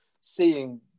seeing